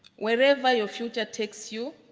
wherever your future takes you,